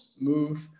move